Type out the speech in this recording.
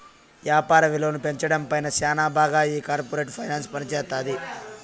యాపార విలువను పెంచడం పైన శ్యానా బాగా ఈ కార్పోరేట్ ఫైనాన్స్ పనిజేత్తది